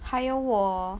还有我